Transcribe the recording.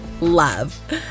Love